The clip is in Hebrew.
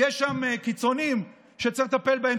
יש שם קיצונים שצריך לטפל בהם,